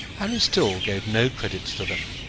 harry still gave no credit to them,